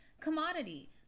commodity